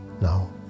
Now